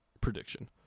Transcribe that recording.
prediction